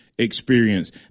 experience